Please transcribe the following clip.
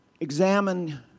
examine